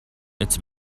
its